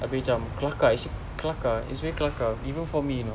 abeh cam kelakar kelakar it's really kelakar even for me you know